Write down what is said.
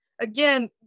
again